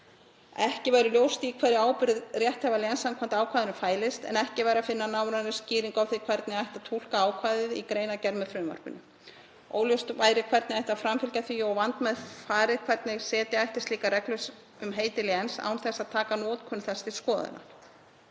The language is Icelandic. Ekki væri ljóst í hverju ábyrgð rétthafa léns samkvæmt ákvæðinu fælist en ekki væri að finna nánari skýringar á því hvernig ætti að túlka ákvæðið í greinargerð með frumvarpinu. Óljóst væri hvernig ætti að framfylgja því og vandmeðfarið hvernig setja ætti slíkar reglur um heiti léns án þess að taka notkun þess til skoðunar.